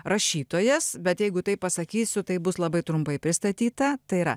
rašytojas bet jeigu taip pasakysiu taip bus labai trumpai pristatyta tai yra